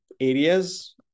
areas